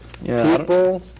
People